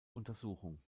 untersuchung